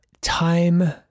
time